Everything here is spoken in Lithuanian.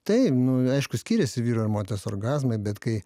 taip nu aišku skiriasi vyro ir moters orgazmai bet kai